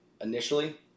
initially